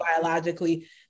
biologically